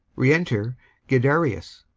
re-enter guiderius